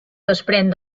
desprèn